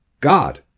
God